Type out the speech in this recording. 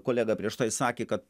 kolega prieš tai sakė kad